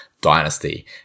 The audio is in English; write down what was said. dynasty